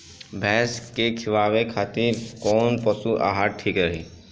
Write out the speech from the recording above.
भैंस के खिलावे खातिर कोवन पशु आहार ठीक रही?